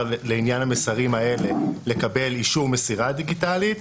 לעניין המסרים האלה לקבל אישור מסירה דיגיטלית,